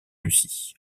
lucie